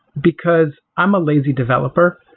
because i'm a lazy developer.